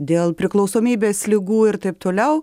dėl priklausomybės ligų ir taip toliau